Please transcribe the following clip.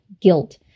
guilt